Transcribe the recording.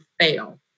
fail